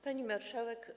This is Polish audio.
Pani Marszałek!